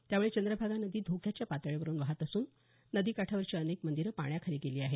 यामुळं चंद्रभागा नदी धोक्याच्या पातळीवरून वाहत असून नदी काठावरची अनेक मंदीरं पाण्याखाली गेली आहेत